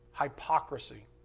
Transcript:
Hypocrisy